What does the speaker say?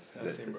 ya same right